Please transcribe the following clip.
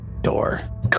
door